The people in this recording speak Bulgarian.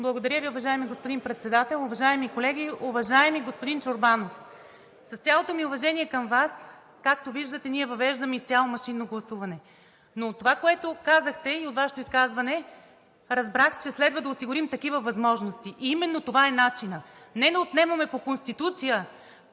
Благодаря Ви, уважаеми господин Председател. Уважаеми колеги! Уважаеми господин Чорбанов, с цялото ми уважение към Вас, както виждате, ние въвеждаме изцяло машинно гласуване, но от това, което казахте, и от Вашето изказване разбрах, че следва да осигурим такива възможности и именно това е начинът. Не да отнемаме по Конституция